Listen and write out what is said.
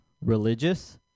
religious